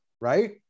right